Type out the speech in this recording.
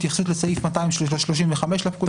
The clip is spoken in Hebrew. התייחסות לסעיף 235. טוב,